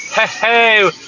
Hey